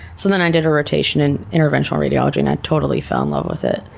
so then i did a rotation in interventional radiology and i totally fell in love with it.